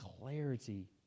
clarity